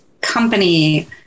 company